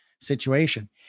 situation